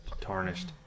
tarnished